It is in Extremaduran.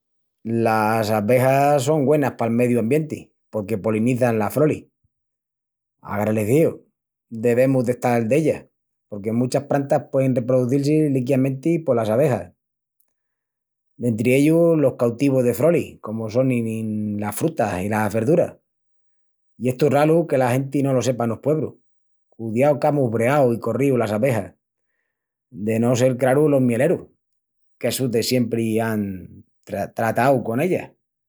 Las abejas son güenas pal mediu ambienti porque polinizan las frolis. Agralecíus devemus d'estal d'ellas, porque muchas prantas puein reproduzil-si liquiamenti polas abejas. Dentri ellus los cautivus de frolis comu sonin las frutas i las verduras. I estu es ralu que la genti no lo sepa enos puebrus. Cudiau qu'amus breau i corríu las abejas. De no sel, craru, los mielerus, qu'essus de siempri án tra... tratau con ellas.